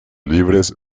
libres